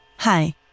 Hi